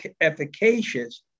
efficacious